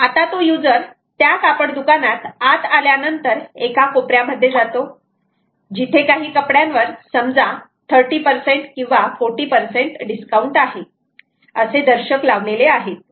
आता तो यूजर त्या कापड दुकानात आत आल्यानंतर एका कोपऱ्यामध्ये जातो जिथे काही कपड्यांवर समजा 30 किंवा 40 डिस्काउंट आहे असे दर्शक लावलेले आहे